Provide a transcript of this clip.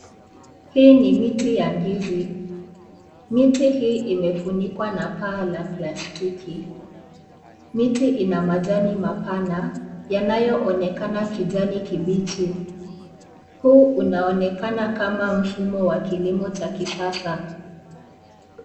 Hii ni miti ya ndizi. Miti hii imefunikwa na paa la plastiki. Miti ina majani mapana yanayoonekana kijani kibichi. Huu unaonekana kama mfumo wa kilimo cha kisasa.